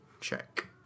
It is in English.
check